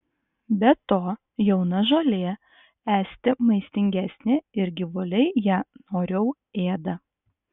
be to jauna žolė esti maistingesnė ir gyvuliai ją noriau ėda